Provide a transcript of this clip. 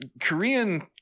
Korean